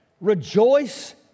Rejoice